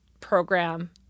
program